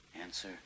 Answer